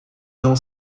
não